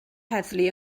heddlu